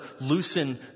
loosen